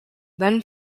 then